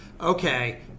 okay